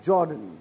Jordan